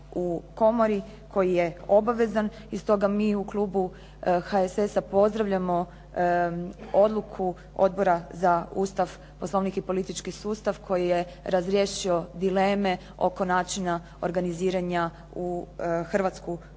u komori koji je obavezan i stoga mi u Klubu HSS-a pozdravljamo odluku Odbora za Ustav, Poslovnik i politički sustav koji je razriješio dileme oko način organiziranja u Hrvatsku